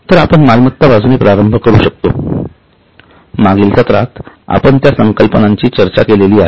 तर आपण मालमत्ता बाजूने प्रारंभ करू शकतो मागील सत्रात आपण त्या संकल्पनांची चर्चा केली आहे